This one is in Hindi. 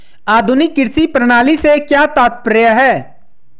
आधुनिक कृषि प्रणाली से क्या तात्पर्य है?